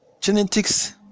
genetics